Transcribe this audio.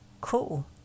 Cool